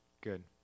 Good